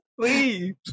Please